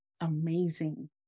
amazing